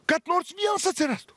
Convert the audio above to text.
kad nors viens atsirastų